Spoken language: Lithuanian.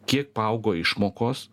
kiek paaugo išmokos